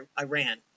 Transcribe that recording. Iran